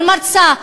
כל מרצָה,